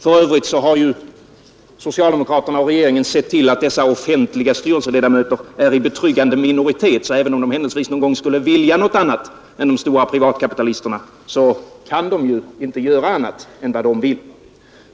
För övrigt har socialdemokraterna och regeringen sett till att dessa offentliga styrelseledamöter är i betryggande minoritet, så att de, även om de någon gång skulle vilja någonting annat än de stora privatkapitalisterna, inte kan göra annat än vad dessa vill.